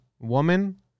Woman